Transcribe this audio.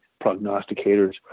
prognosticators